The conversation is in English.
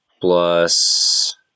plus